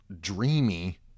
dreamy